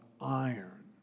iron